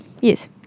Yes